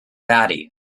batty